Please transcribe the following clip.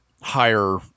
higher